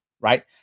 right